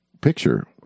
picture